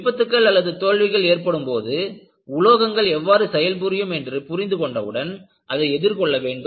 விபத்துக்கள்தோல்விகள் ஏற்படும் போது உலோகங்கள் எவ்வாறு செயல் புரியும் என்று புரிந்துகொண்டவுடன் அதை எதிர்கொள்ள வேண்டும்